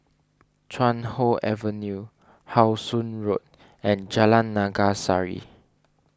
Chuan Hoe Avenue How Sun Road and Jalan Naga Sari